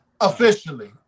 Officially